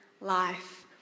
life